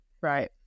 Right